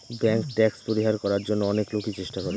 bank tax পরিহার করার জন্য অনেক লোকই চেষ্টা করে